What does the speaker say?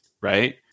right